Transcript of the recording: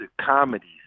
comedies